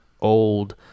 old